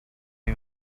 you